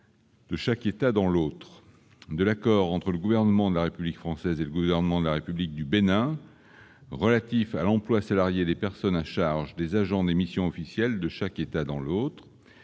de chaque État dans l'autre, de l'accord entre le gouvernement de la République française et le gouvernement de la République du Bénin relatif à l'emploi salarié des personnes à charge des agents des missions officielles de chaque État dans l'autre,